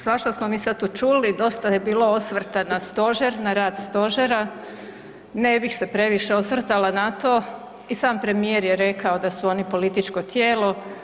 Svašta smo mi sad to čuli, dosta je bilo osvrta na stožer, na rad stožera, ne bih se previše osvrtala na to i sam premijer je rekao da su oni političko tijelo.